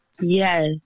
Yes